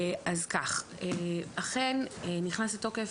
אז כך: אכן נכנס לתוקף,